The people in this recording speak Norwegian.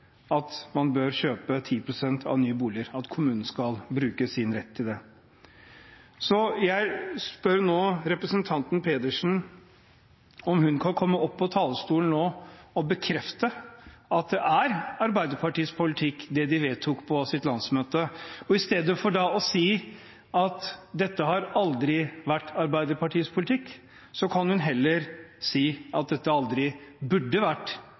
at man bør kjøpe 10 pst. av nye boliger, at kommunen skal bruke sin rett til det. Så jeg spør representanten Pedersen om hun kan komme opp på talerstolen nå og bekrefte at det er Arbeiderpartiets politikk det de vedtok på sitt landsmøte. I stedet for å si at dette har aldri vært Arbeiderpartiets politikk, kan hun heller si at dette aldri burde vært